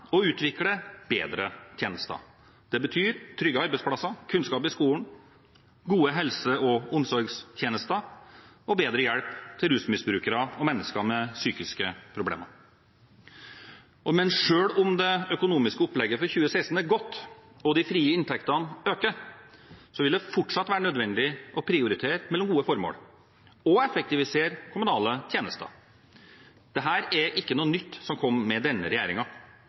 og utvikle bedre tjenester. Det betyr trygge arbeidsplasser, kunnskap i skolen, gode helse- og omsorgstjenester og bedre hjelp til rusmisbrukere og mennesker med psykiske problemer. Selv om det økonomiske opplegget for 2016 er godt og de frie inntektene øker, vil det fortsatt være nødvendig å prioritere mellom gode formål og å effektivisere kommunale tjenester. Dette er ikke noe nytt som har kommet med denne